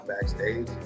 backstage